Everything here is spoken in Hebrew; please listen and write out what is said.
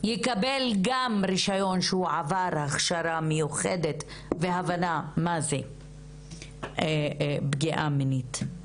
יקבל גם רישיון שהוא עבר הכשרה מיוחדת והבנה מה זה פגיעה מינית.